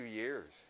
years